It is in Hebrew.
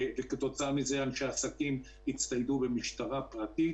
כתוצאה מזה אנשי עסקים הצטיידו במשטרה פרטית